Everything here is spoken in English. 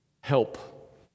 help